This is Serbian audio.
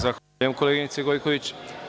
Zahvaljujem, koleginice Gojković.